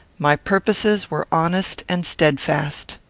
my purposes were honest and steadfast.